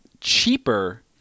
cheaper